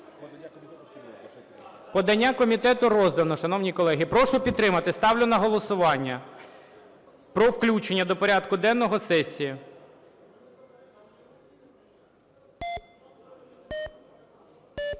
Подання комітету роздано, шановні колеги, прошу підтримати. Ставлю на голосування про включення до порядку денного сесії. 13:03:27